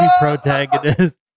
protagonist